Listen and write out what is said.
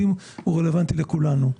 והוא רלוונטי לכולנו.